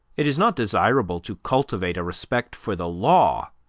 it is not desirable to cultivate a respect for the law,